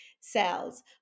Cells